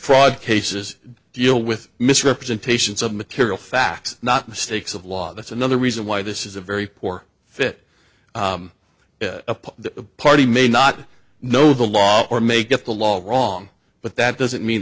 fraud cases deal with misrepresentations of material facts not mistakes of law that's another reason why this is a very poor fit upon the party may not know the law or make up the law wrong but that doesn't mean